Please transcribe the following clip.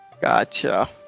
Gotcha